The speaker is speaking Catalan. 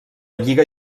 lliga